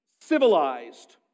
civilized